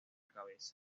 cabeza